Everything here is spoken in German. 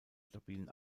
stabilen